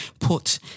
put